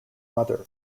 mother